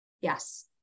Yes